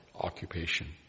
occupation